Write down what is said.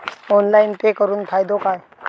Online pay करुन फायदो काय?